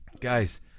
Guys